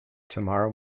tomorrow